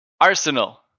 Arsenal